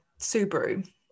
Subaru